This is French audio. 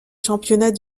championnats